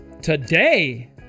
today